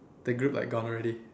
the group like gone already